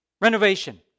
Renovation